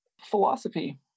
philosophy